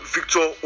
Victor